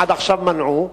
עד עכשיו מנעו.